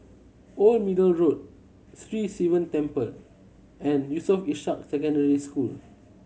Old Middle Road Sri Sivan Temple and Yusof Ishak Secondary School